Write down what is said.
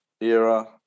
era